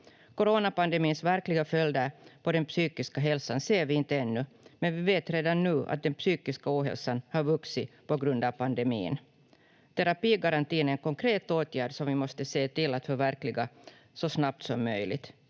Coronapandemins verkliga följder på den psykiska hälsan ser vi inte ännu, men vi vet redan nu att den psykiska ohälsan har vuxit på grund av pandemin. Terapigarantin är en konkret åtgärd som vi måste se till att förverkliga så snabbt som möjligt.